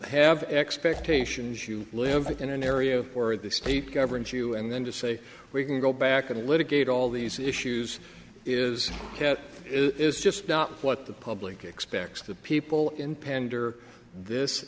have expectations you live in an area where the state governs you and then to say we can go back and litigate all these issues is that is just not what the public expects the people in